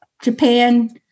Japan